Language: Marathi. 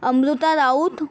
अमृता राऊत